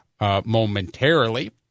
Momentarily